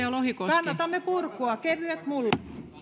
kannatamme purkua kevyet mullat